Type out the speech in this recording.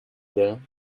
there